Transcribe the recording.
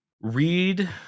Read